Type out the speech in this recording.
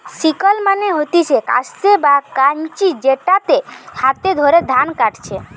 sickle মানে হতিছে কাস্তে বা কাঁচি যেটাতে হাতে করে ধান কাটে